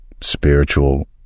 spiritual